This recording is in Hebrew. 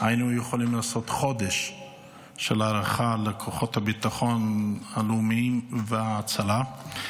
היינו יכולים לעשות חודש של הערכה לכוחות הביטחון הלאומיים וההצלה.